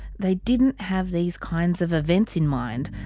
they didn't have these kinds of events in mind,